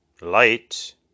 light